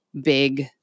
big